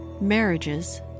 marriages